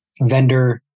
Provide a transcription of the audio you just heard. vendor